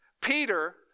Peter